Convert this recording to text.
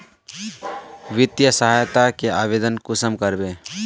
वित्तीय सहायता के आवेदन कुंसम करबे?